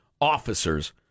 officers